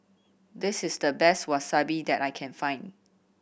this is the best Wasabi that I can find